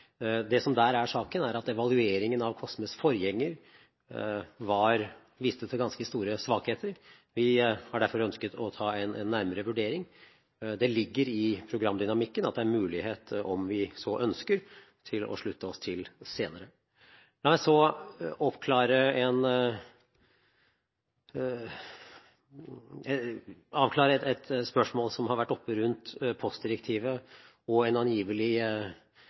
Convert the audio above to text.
Det som der er saken, er at evalueringen av COSMEs forgjenger viste ganske store svakheter. Vi har derfor ønsket å ta en nærmere vurdering. Det ligger i programdynamikken at det er mulighet om vi så ønsker, til å slutte oss til senere. La meg så avklare et spørsmål som har vært oppe rundt postdirektivet og en angivelig